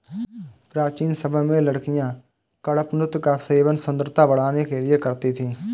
प्राचीन समय में लड़कियां कडपनुत का सेवन सुंदरता बढ़ाने के लिए करती थी